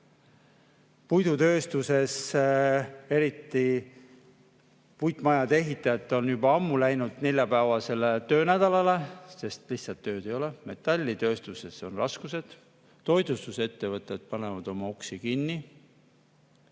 Puidutööstus, eriti puitmajade ehitajad, on juba ammu läinud neljapäevasele töönädalale, sest lihtsalt tööd ei ole. Metallitööstuses on raskused. Toitlustusettevõtted panevad oma uksi kinni.